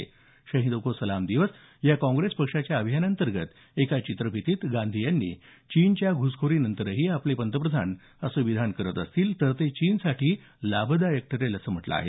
शहिदों को सलाम दिवस या काँग्रेस पक्षाच्या अभियानांतर्गत एका चित्रफितीत गांधी यांनी चीनच्या घुसखोरीनंतरही आपले पंतप्रधान असं विधान करत असतील तर ते चीनसाठी लाभदायक ठरेल असं म्हटलं आहे